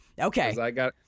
Okay